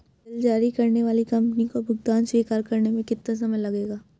Bill जारी करने वाली कंपनी को भुगतान स्वीकार करने में कितना समय लगेगा?